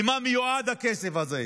למה מיועד הכסף הזה?